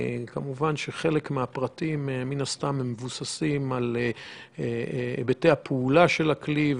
כמובן שחלק מהפרטים מבוססים על היבטי הפעולה של הכלי,